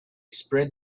spread